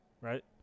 right